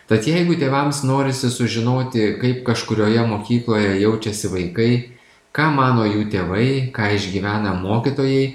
tad jeigu tėvams norisi sužinoti kaip kažkurioje mokykloje jaučiasi vaikai ką mano jų tėvai ką išgyvena mokytojai